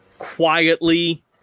quietly